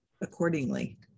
accordingly